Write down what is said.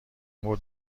بود